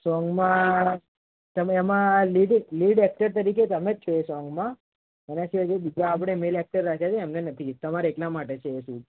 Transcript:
સોંગમાં તમે એમાં lead lead actor તરીકે તમે જ છો એ સોંગમાં એનાં સિવાય જે બીજા આપણે મેલ એક્ટર રાખ્યાં છે એમને નથી તમારા એકના માટે છે એ શૂટ